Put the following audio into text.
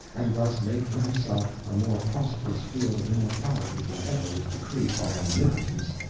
and thus make for himself a more prosperous field of immortality than ever was decreed by omnipotence,